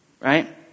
Right